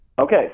Okay